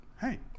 Hey